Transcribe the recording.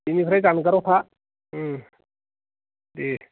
बेनिफ्राय जानगाराव दे